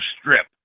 strip